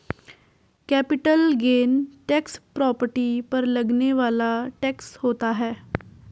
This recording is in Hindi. कैपिटल गेन टैक्स प्रॉपर्टी पर लगने वाला टैक्स होता है